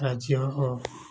ରାଜ୍ୟ ଓ